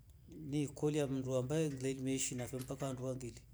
Nikola mndu ambaye ngelima iisha yafe mpaka ha andu ngili.